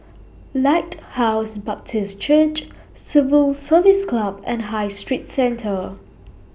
Lighthouse Baptist Church Civil Service Club and High Street Centre